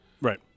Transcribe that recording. Right